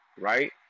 right